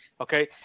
Okay